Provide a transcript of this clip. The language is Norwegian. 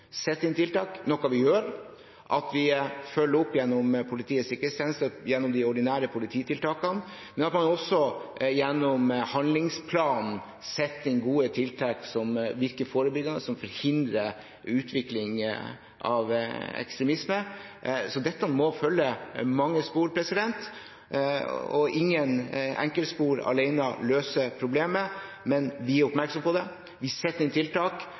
inn tiltak, noe vi gjør, at vi følger opp gjennom Politiets sikkerhetstjeneste og de ordinære polititiltakene, men også at man gjennom handlingsplanen setter inn gode tiltak som virker forebyggende, og som forhindrer utvikling av ekstremisme. Så dette må følge mange spor, og ingen enkeltspor alene løser problemet. Men vi er oppmerksom på det. Vi setter inn tiltak,